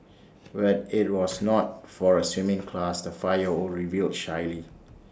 but IT was not for A swimming class the five year old revealed shyly